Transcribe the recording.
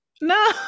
no